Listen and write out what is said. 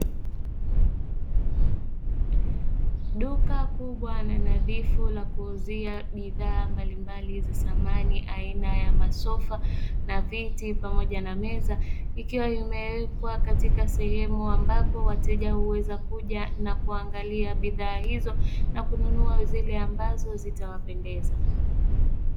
Duka kubwa na nadhifu la kuuzia bidhaa mbalimbali za samani aina ya masofa na viti pamoja na meza ikiwa imewekwa katika sehemu ambapo wateja huweza kuja na kuangalia bidhaa hizo na kununua zile ambazo zitawapendeza.